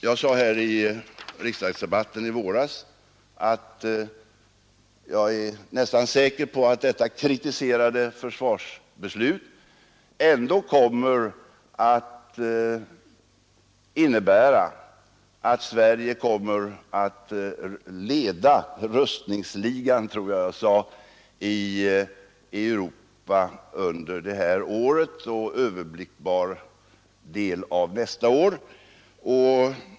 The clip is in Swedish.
Jag sade i riksdagsdebatten i våras, att jag var nästan säker på att det kritiserade försvarsbeslutet ändå skulle innebära, att Sverige kommer att leda rustningsligan i Europa under detta år och överblickbar del av nästa år.